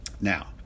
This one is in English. Now